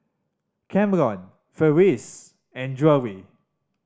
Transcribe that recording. Kamron Farris and Drury